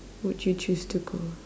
would you choose to go